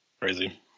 crazy